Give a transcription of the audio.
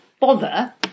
bother